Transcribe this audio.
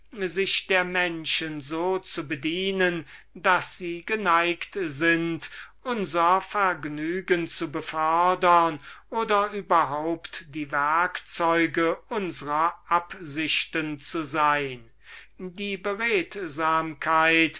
sich der menschen so zu bedienen daß sie geneigt sind unser vergnügen zu befördern oder überhaupt die werkzeuge unsrer absichten zu sein die